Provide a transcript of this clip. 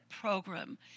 program